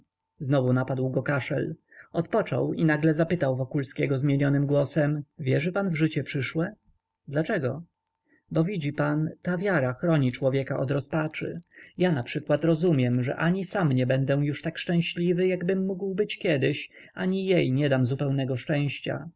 znowu napadł go kaszel odpoczął i nagle spytał wokulskiego zmienionym głosem wierzy pan w życie przyszłe dlaczego bo widzi pan ta wiara chroni człowieka od rozpaczy ja naprzykład rozumiem że ani sam nie będę już tak szczęśliwy jakbym mógł być kiedyś ani jej nie dam zupełnego szczęścia